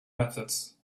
methods